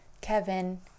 Kevin